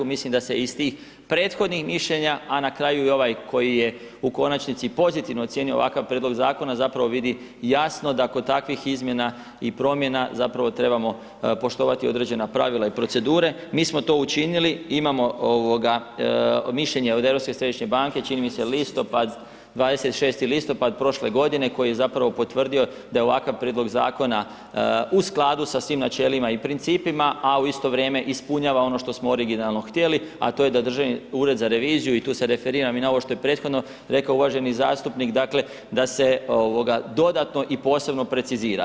Mislim da se iz tih prethodnih mišljenja a na kraju i ovaj koji je u konačnici pozitivno ocijenio ovakav prijedlog zakona, zapravo vidi jasno da kod takvih izmjena i promjena zapravo trebamo poštovati određena pravila i procedure, mi smo to učinili, imamo mišljenje od Europske središnje banke, čini mi se listopad, 26. listopad prošle godine koji je zapravo potvrdio da je ovakav prijedlog zakona u skladu sa svim načelima i principima a u isto vrijeme ispunjava ono što smo originalno htjeli a to je da Državni ured za reviziju i tu se referiram i na ovo što je prethodno rekao uvaženi zastupnik, dakle da se dodatno i posebno precizira.